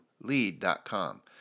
lead.com